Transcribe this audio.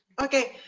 okay.